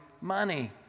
money